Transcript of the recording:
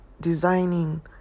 designing